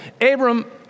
Abram